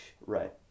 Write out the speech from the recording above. Right